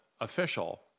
official